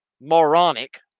moronic